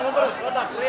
הוא לא מתבייש.